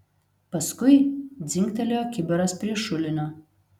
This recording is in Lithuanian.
paskui dzingtelėjo kibiras prie šulinio